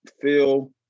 Phil